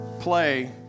play